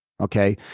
Okay